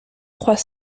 trois